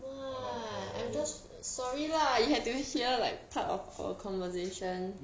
no uh I'm just sorry lah you have to hear like part of our conversation